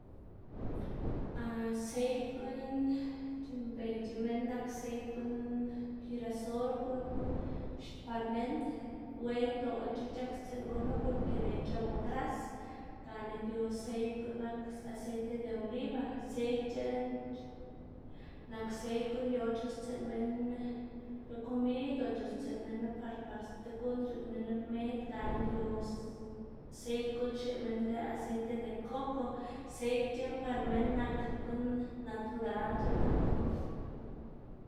seid guꞌn c̲h̲uꞌnnbeyc̲h̲a minn nak seid guꞌn jirasol guꞌn par minn wendoꞌc̲h̲a c̲h̲akstsiꞌn gunu porque neyc̲h̲owu gras gana yu seid guꞌn nak aseite de oliva, seid c̲h̲eꞌn nak seid guꞌn yu or c̲h̲uꞌnnstsiꞌn minn lo komid o c̲h̲uꞌnnstsiꞌnu minu par par stib guꞌn c̲h̲uꞌnn minn rmed gana yu seid guꞌn xneꞌ minn lë aceite de koko, seid c̲h̲eꞌn par minn nak guꞌn naturalc̲h̲a par minn.